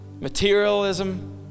materialism